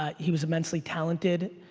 ah he was immensely talented,